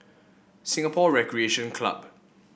Singapore Recreation Club